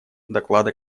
доклада